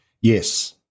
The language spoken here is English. Yes